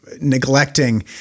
neglecting